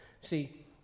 see